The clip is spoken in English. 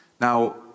Now